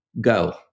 go